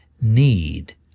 need